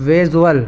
visual